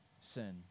sin